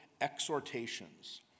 exhortations